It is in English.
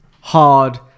hard